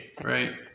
right